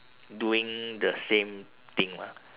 doing the same thing mah